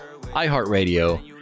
iHeartRadio